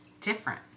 different